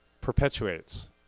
perpetuates